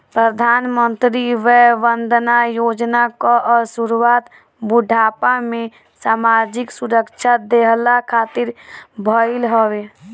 प्रधानमंत्री वय वंदना योजना कअ शुरुआत बुढ़ापा में सामाजिक सुरक्षा देहला खातिर भईल हवे